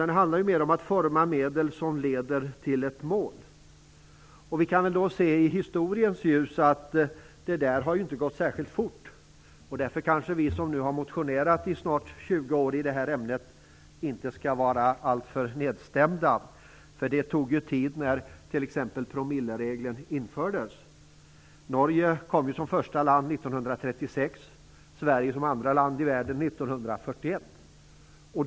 Det handlar ännu mer om att forma medel som leder till ett mål. Vi kan se i historiens ljus att det inte gått särskilt fort. Därför skall vi som motionerat i det här ämnet i snart 20 år inte vara alltför nedstämda. Det tog ju tid att få promilleregeln i biltrafiken införd. Norge fick det som första land 1936, Sverige som andra land 1941.